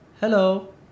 Hello